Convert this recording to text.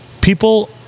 People